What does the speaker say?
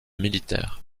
militaire